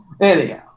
Anyhow